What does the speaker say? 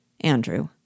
Andrew